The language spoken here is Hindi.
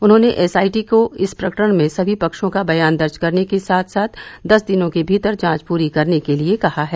उन्होंने एसआईटी को इस प्रकरण में सभी पक्षों का बयान दर्ज करने के साथ साथ दस दिनों के भीतर जांच पूरी करने के लिये कहा है